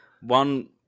one